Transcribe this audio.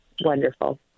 wonderful